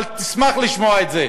אבל תשמח לשמוע את זה,